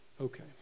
Okay